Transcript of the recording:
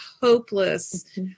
hopeless